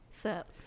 Sup